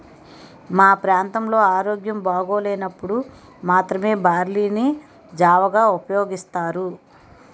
మా ప్రాంతంలో ఆరోగ్యం బాగోలేనప్పుడు మాత్రమే బార్లీ ని జావగా ఉపయోగిస్తారు